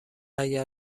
اگر